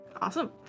awesome